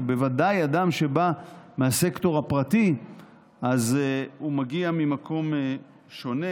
ודאי אדם שבא מהסקטור הפרטי מגיע ממקום שונה,